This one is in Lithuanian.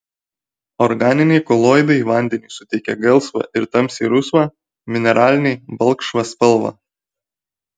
organiniai koloidai vandeniui suteikia gelsvą ir tamsiai rusvą mineraliniai balkšvą spalvą